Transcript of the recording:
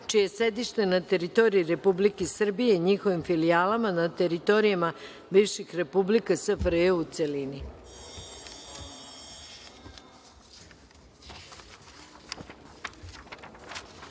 je sedište na teritoriji Republike Srbije i njihovim filijalama na teritorijama bivših republika SFRJ, u